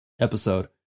episode